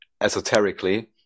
esoterically